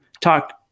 talk –